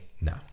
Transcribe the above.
No